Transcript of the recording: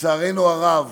לצערנו הרב,